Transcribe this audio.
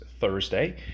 Thursday